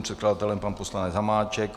Předkladatelem je pan poslanec Hamáček.